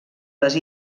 les